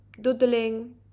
doodling